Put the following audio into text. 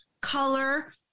color